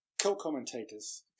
co-commentators